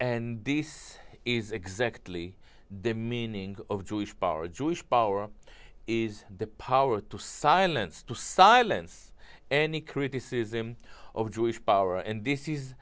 and this is exactly the meaning of jewish power jewish power is the power to silence to silence any criticism of jewish power and this is